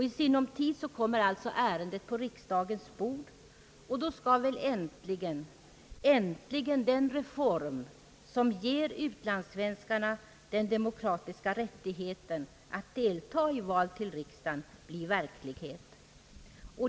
I sinom tid kommer allt så ärendet på riksdagens bord, och då skall väl äntligen den reform som ger utlandssvenskarna den demokratiska rättigheten att delta i val till riksdagen bli verklighet.